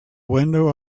window